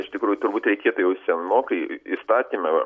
iš tikrųjų turbūt reikėtų jau senokai įstatyme